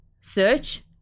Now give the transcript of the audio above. search